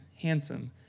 handsome